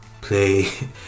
play